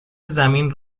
زمین